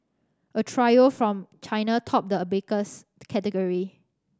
a trio from China topped the abacus category